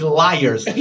liars